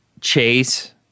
chase